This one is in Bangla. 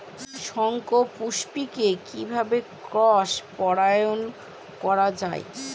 শঙ্খপুষ্পী কে কিভাবে ক্রস পরাগায়ন করা যায়?